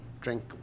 drink